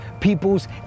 people's